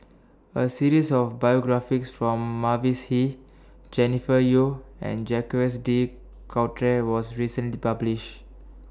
A series of biographies from Mavis Hee Jennifer Yeo and Jacques De Coutre was recently published